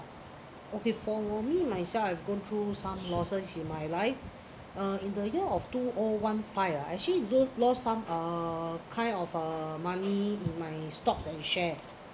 okay for me myself I have gone through some losses in my life uh in the year of two O one five ah actually got lose some uh kind of uh money in my stocks and share